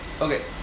okay